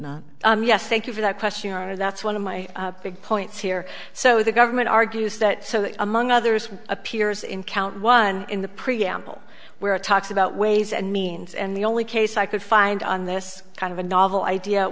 didn't yes thank you for that question or that's one of my big points here so the government argues that so among others appears in count one in the preamble where it talks about ways and means and the only case i could find on this kind of a novel idea